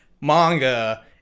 manga